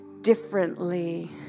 differently